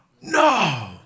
no